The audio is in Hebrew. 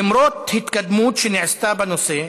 למרות התקדמות שנעשתה בנושא,